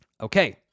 Okay